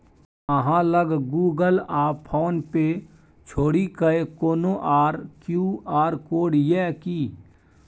अहाँ लग गुगल आ फोन पे छोड़िकए कोनो आर क्यू.आर कोड यै कि?